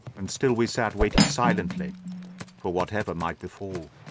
and still we sat waiting silently for whatever might befall.